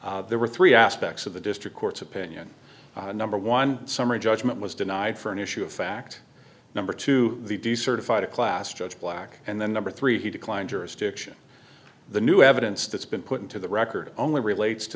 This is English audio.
first there were three aspects of the district court's opinion number one summary judgment was denied for an issue of fact number two the decertified a class judge black and then number three he declined jurisdiction the new evidence that's been put into the record only relates to